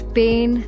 pain